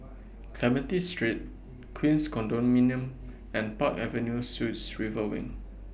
Clementi Street Queens Condominium and Park Avenue Suites River Wing